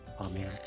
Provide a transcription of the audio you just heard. amen